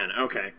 Okay